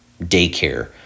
daycare